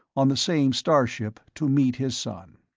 on the same starship, to meet his son.